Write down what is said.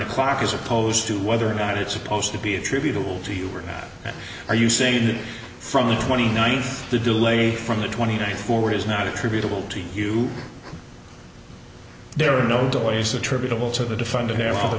to clock as opposed to whether or not it's supposed to be attributable to you that are you saying that from the twenty ninth the delay from the twenty ninth forward is not attributable to you there are no delays attributable to the defender there